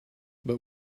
but